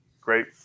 great